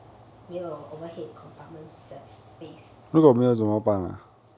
没有 overhead compartment s~ space